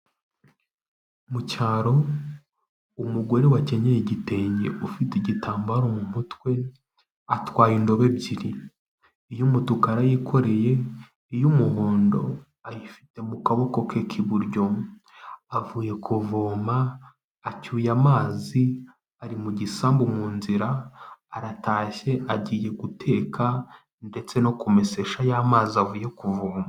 Mu cyaro, umugore wakenyeye igitenge ufite igitambaro mu mutwe, atwaye indobo ebyiri. Iy'umutuku arayikoreye, iy'umuhondo ayifite mu kaboko ke k'iburyo. Avuye kuvoma, acyuye amazi, ari mu gisambu mu nzira, aratashye agiye guteka ndetse no kumesesha ya mazi avuye kuvoma.